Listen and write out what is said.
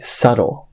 subtle